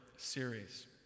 series